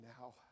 now